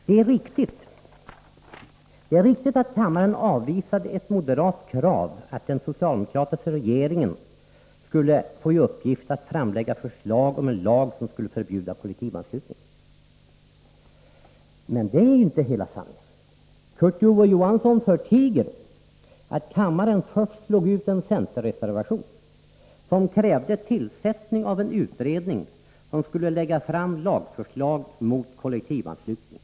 Det är riktigt att kammaren avvisade ett moderat krav på att den socialdemokratiska regeringen skulle få i uppdrag att framlägga förslag om en lag, som skulle förbjuda kollektivanslutning. Men det är inte hela sanningen. Kurt Ove Johansson förtiger att kammaren först slog ut en centerreservation, som krävde tillsättande av en utredning, vilken skulle lägga fram ett förslag till lag mot kollektivanslutning.